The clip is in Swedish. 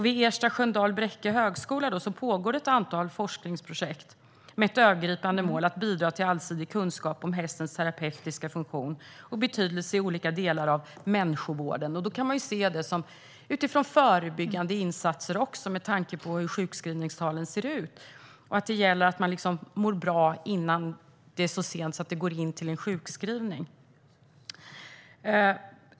Vid Ersta-Sköndal-Bräcke högskola pågår det ett antal forskningsprojekt med det övergripande målet att bidra till allsidig kunskap om hästens terapeutiska funktion och betydelse i olika delar av människovården. Det kan man se också utifrån förebyggande insatser, med tanke på hur sjukskrivningstalen ser ut. Det gäller att man mår bra innan det har gått så långt att man hamnar i sjukskrivning.